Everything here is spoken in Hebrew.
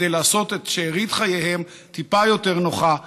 כדי לעשות את שארית חייהם טיפה יותר נוחה,